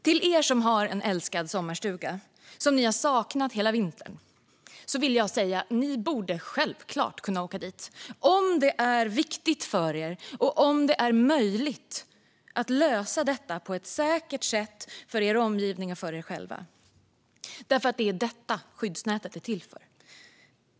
Till er som har en älskad sommarstuga som ni har saknat hela vintern vill jag säga: Ni borde självklart kunna åka dit om det är viktigt för er och om det är möjligt att lösa detta på ett säkert sätt för er omgivning och för er själva. Det är detta skyddsnätet är till för.